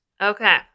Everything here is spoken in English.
Okay